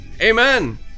Amen